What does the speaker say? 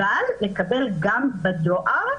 אבל לקבל גם בדואר,